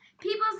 People